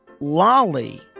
Lolly